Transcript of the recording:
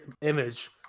image